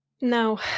no